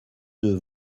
deux